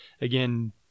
again